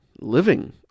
living